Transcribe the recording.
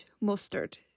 mustard